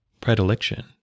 predilection